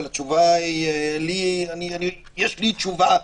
אבל יש לי תשובה,